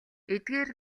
эдгээр